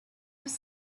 was